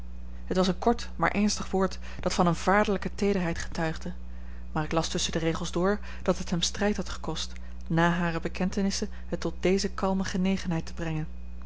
het was een kort maar ernstig woord dat van eene vaderlijke teederheid getuigde maar ik las tusschen de regels door dat het hem strijd had gekost nà hare bekentenissen het tot deze kalme genegenheid te brengen